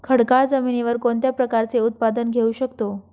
खडकाळ जमिनीवर कोणत्या प्रकारचे उत्पादन घेऊ शकतो?